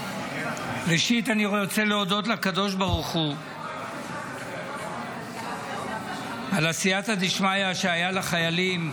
ראשית אני רוצה להודות לקדוש ברוך הוא על הסייעתא דשמיא שהייתה לחיילים,